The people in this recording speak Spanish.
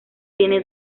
tiene